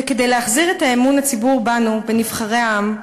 וכדי להחזיר את אמון הציבור בנו, בנבחרי העם,